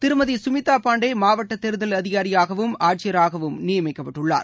திருமதிசுமிதாபாண்டேமாவட்டதேர்தல் அதிகாரியாகவும் ஆட்சியராகவும் நியமிக்கப்பட்டுள்ளார்